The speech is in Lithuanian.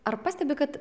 ar pastebi kad